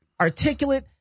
articulate